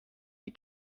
die